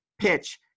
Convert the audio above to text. PITCH